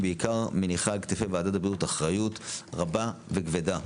ובעיקר מניחה על כתפי ועדת הבריאות אחריות רבה וכבדה.